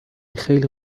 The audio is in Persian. خیلی